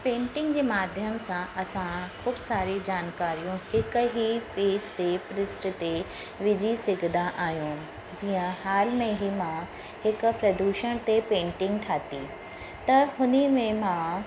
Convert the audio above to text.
painting जे माध्यम सां असां ख़ूबु सारी जानकारियूं हिकु ई पेज ते पृष्ट ते विझी सघंदा आहियूं जीअं हाल में ई मां हिकु प्रदूषण ते पेंटिंग ठाही त हुन में मां